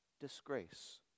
disgrace